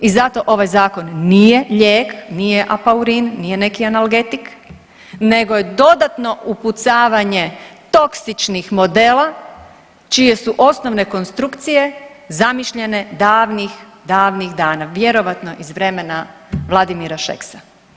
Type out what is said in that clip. I zato ovaj zakon nije lijek, nije apaurin, nije neki analgetik, nego je dodatno upucavanje toksičnih modela čije su osnovne konstrukcije zamišljene davnih, davnih dana vjerovatno iz vremena Vladimira Šeksa.